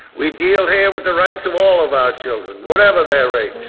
we deal here with the rights of all of our children, whatever their race,